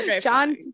John